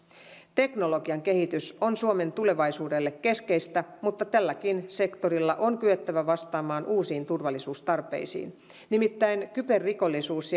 teknologian kehitys on suomen tulevaisuudelle keskeistä mutta tälläkin sektorilla on kyettävä vastaamaan uusiin turvallisuustarpeisiin nimittäin kyberrikollisuus